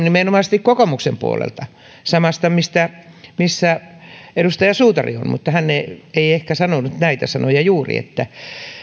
nimenomaisesti kokoomuksen puolelta mistä edustaja suutari on mutta hän ei ei ehkä sanonut juuri näitä sanoja että